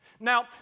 Now